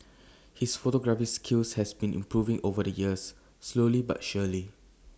his photography skills have been improving over the years slowly but surely